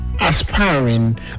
aspiring